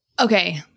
Okay